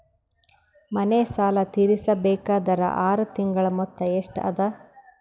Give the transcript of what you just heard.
ಮನೆ ಸಾಲ ತೀರಸಬೇಕಾದರ್ ಆರ ತಿಂಗಳ ಮೊತ್ತ ಎಷ್ಟ ಅದ?